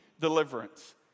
deliverance